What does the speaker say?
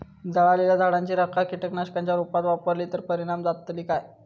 जळालेल्या झाडाची रखा कीटकनाशकांच्या रुपात वापरली तर परिणाम जातली काय?